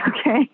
okay